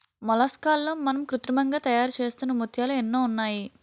మొలస్కాల్లో మనం కృత్రిమంగా తయారుచేస్తున్న ముత్యాలు ఎన్నో ఉన్నాయి